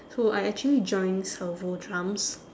so I actually joined salvo drums